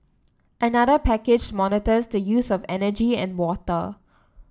another package monitors the use of energy and water